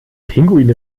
pinguine